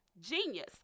genius